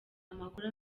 amakuru